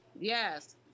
Yes